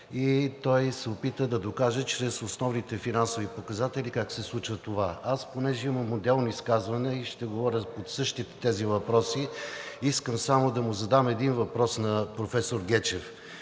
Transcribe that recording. и се опита да докаже чрез основните финансови показатели как се случва това. Аз, тъй като имам отделно изказване и ще говоря по същите тези въпроси, искам само да му задам един въпрос на професор Гечев.